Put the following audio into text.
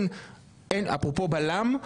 אפרופו בלם,